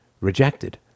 rejected